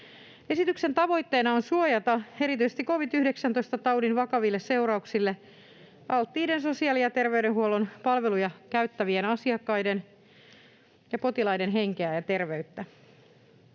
Esityksen tavoitteena on suojata erityisesti covid-19-taudin vakaville seurauksille alttiiden sosiaali‑ ja terveydenhuollon palveluja käyttävien asiakkaiden ja potilaiden henkeä ja terveyttä.